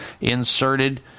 inserted